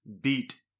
beat